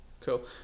Cool